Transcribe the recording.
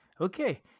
Okay